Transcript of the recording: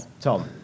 Tom